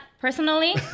personally